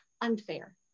unfair